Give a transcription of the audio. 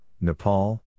Nepal